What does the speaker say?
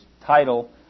title